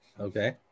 Okay